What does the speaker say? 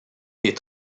des